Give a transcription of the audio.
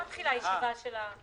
אם זה לא מאוחר, תחשבו על חלופה כזאת.